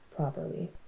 properly